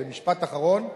משפט אחרון,